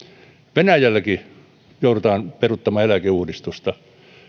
venäjälläkin joudutaan peruuttamaan eläkeuudistusta